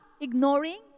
ignoring